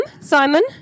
Simon